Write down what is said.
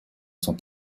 sont